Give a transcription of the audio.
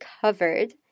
covered